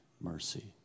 mercy